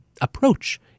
approach